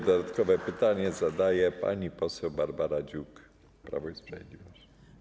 Dodatkowe pytanie zada pani poseł Barbara Dziuk, Prawo i Sprawiedliwość.